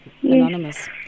Anonymous